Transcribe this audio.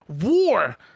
War